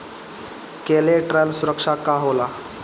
Collateral सुरक्षा का होला?